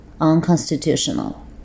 Unconstitutional